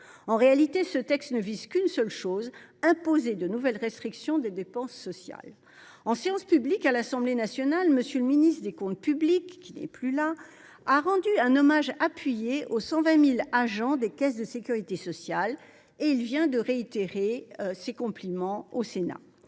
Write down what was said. En réalité, ce texte ne vise qu’une seule chose : imposer de nouvelles restrictions des dépenses sociales. En séance publique à l’Assemblée nationale, M. le ministre délégué chargé des comptes publics, qui n’est plus avec nous ce soir, a rendu un hommage appuyé aux 120 000 agents des caisses de sécurité sociale, et il vient de réitérer ces compliments devant